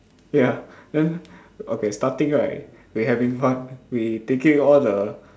ya then okay starting right we having fun we taking all the